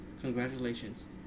Congratulations